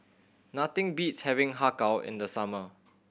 nothing beats having Har Kow in the summer